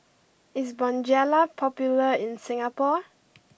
is Bonjela popular in Singapore